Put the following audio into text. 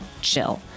chill